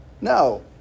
No